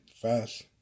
fast